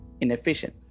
inefficient